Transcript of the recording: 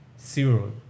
zero